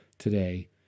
today